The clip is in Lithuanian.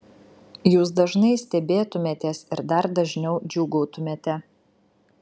jūs dažnai stebėtumėtės ir dar dažniau džiūgautumėte